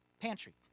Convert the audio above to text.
pantry